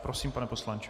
Prosím, pane poslanče.